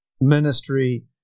ministry